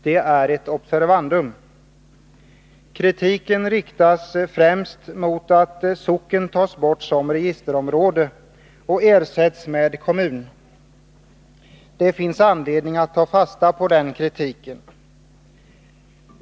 Det är ett observandum. Kritiken gäller främst det faktum att socken tas bort som registerområde och ersätts med kommun. Det finns anledning att ta fasta på den kritiken.